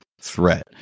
threat